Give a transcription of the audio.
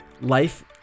Life